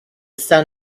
sun